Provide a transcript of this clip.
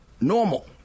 normal